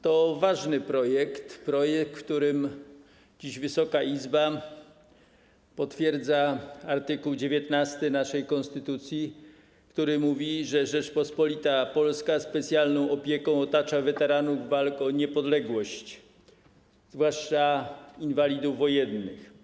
To ważny projekt, w którym Wysoka Izba potwierdza dziś art. 19 naszej konstytucji, który mówi, że Rzeczpospolita Polska specjalną opieką otacza weteranów walk o niepodległość, zwłaszcza inwalidów wojennych.